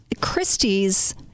Christie's